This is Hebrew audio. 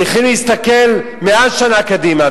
צריכים להסתכל מאה שנה קדימה,